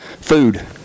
food